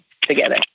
together